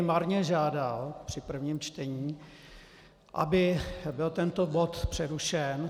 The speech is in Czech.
Marně jsem tu žádal při prvním čtení, aby byl tento bod přerušen.